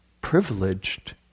privileged